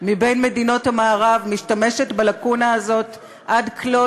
מבין מדינות המערב, משתמשת בלקונה הזאת עד כלות.